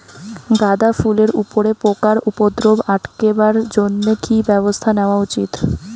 গাঁদা ফুলের উপরে পোকার উপদ্রব আটকেবার জইন্যে কি ব্যবস্থা নেওয়া উচিৎ?